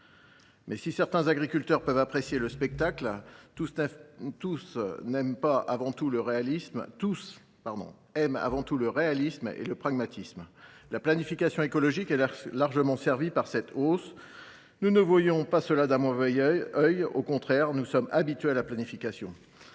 ! Si certains agriculteurs peuvent apprécier le spectacle, tous aiment avant tout le réalisme et le pragmatisme. La planification écologique est largement servie par cette hausse ; nous ne voyons pas cela d’un mauvais œil, au contraire, car nous sommes habitués à la planification.